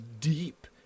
deep